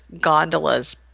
gondolas